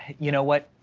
you know what?